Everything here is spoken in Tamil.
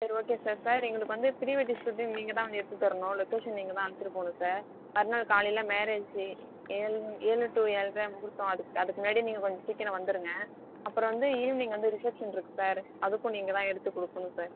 சரி ஓக்கே சார் சார் எங்களுக்கு வந்து ப்ரீ வெட்டிங் ஷுட்டும் நீங்கள் தான் வந்து எடுத்து தரனும் லொகேஷன் நீங்கள் தான் அழைச்சிட்டு போகணும் சார் மறுநாள் காலையில் மேரேஜி ஈவினிங் ஏழு டூ ஏழ்ரை முகூர்த்தம் அதுக் அதுக்கு முன்னாடியே நீங்கள் கொஞ்சம் சீக்கிரம் வந்துடுங்க அப்புறம் வந்து ஈவினிங் வந்து ரிசப்ஷன்ருக்கு சார் அதுக்கும் நீங்கள் தான் எடுத்து கொடுக்கணும் சார்